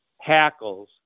hackles